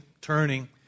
turning